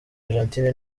argentine